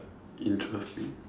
interesting